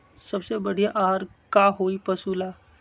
सबसे बढ़िया आहार का होई पशु ला?